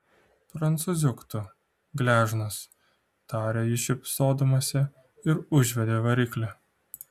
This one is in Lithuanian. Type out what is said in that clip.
prancūziuk tu gležnas tarė ji šypsodamasi ir užvedė variklį